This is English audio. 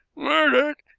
murdered!